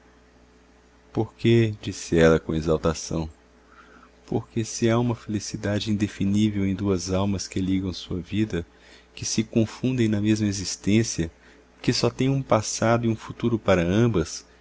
porque disse ela com exaltação porque se há uma felicidade indefinível em duas almas que ligam sua vida que se confundem na mesma existência que só têm um passado e um futuro para ambas